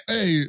Hey